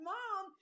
Mom